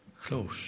close